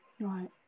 Right